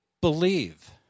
believe